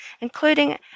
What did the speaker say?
including